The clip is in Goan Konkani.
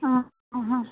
आं आं हां